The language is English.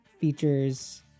features